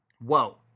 Whoa